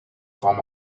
form